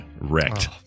wrecked